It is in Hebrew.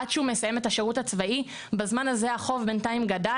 עד שהוא מסיים את השירות הצבאי בזמן הזה החוב בינתיים גדל,